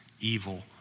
evil